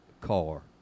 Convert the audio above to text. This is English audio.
car